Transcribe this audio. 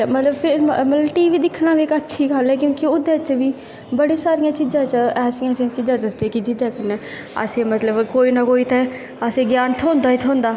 ते मतलब टीवी दिक्खना इक्क अच्छी गल्ल ऐ क्योंकि ओह्दे च बी बड़ियां सारियां चीज़ां ऐसियां दस्सदे जेह्दे कन्नै असें ई मतलब कोई ना कोई ते ज्ञान थ्होंदा ई थ्होंदा